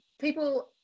people